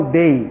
day